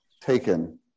taken